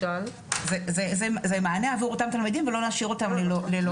זה מענה עבור אותם תלמידים ולא להשאיר אותם ללא מענה.